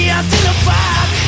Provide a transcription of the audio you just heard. identified